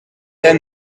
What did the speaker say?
down